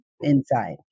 inside